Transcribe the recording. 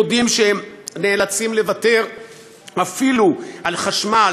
הם מודים שהם נאלצים לוותר אפילו על חשמל,